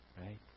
Right